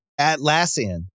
Atlassian